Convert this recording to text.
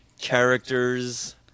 characters